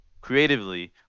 creatively